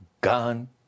Gone